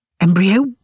Embryo